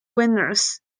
winners